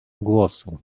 głosu